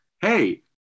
hey